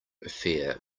affair